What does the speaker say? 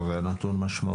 זה נתון משמעותי.